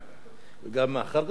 אחר כך גם הנזקים,